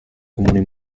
comuni